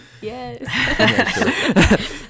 Yes